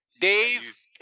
Dave